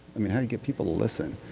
i mean, how do you get people to listen.